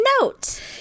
note